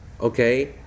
okay